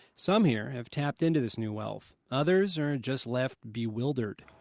some here have tapped into this new wealth. others are just left bewildered